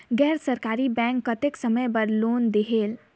गैर सरकारी बैंक कतेक समय बर लोन देहेल?